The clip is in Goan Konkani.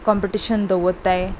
कंपिटिशन दवरताय